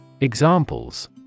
Examples